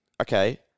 okay